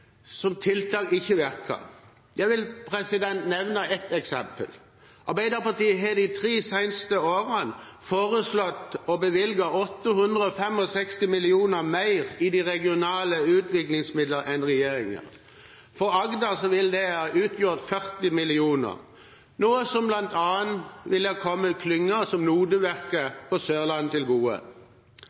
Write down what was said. tiltak ikke virker. Jeg vil nevne et eksempel. Arbeiderpartiet har de tre seneste årene foreslått å bevilge 865 mill. kr mer i de regionale utviklingsmidlene enn regjeringen. For Agder ville det ha utgjort 40 mill. kr, noe som bl.a. ville ha kommet klynger som NODE på Sørlandet til gode.